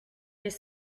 des